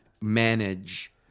manage